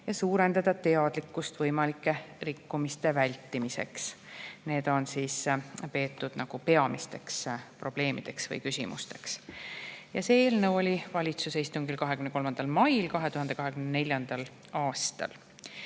ja suurendada teadlikkust võimalike rikkumiste vältimiseks. Neid on peetud peamisteks probleemideks või küsimusteks. See eelnõu oli valitsuse istungil [arutlusel] 23. mail 2024. aastal.